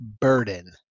Burden